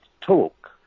talk